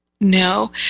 No